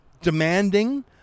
demanding